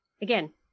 again